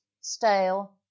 stale